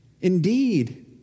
Indeed